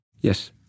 yes